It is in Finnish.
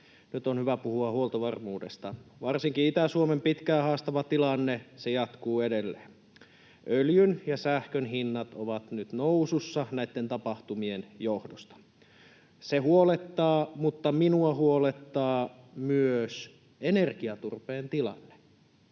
Nyt on hyvä puhua huoltovarmuudesta. Varsinkin Itä-Suomen pitkään haastava tilanne jatkuu edelleen. Öljyn ja sähkön hinnat ovat nyt nousussa näitten tapahtumien johdosta. Se huolettaa, mutta minua huolettaa myös energiaturpeen tilanne.